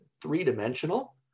three-dimensional